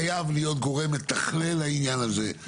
חייב להיות גורם מתכלל לעניין הזה.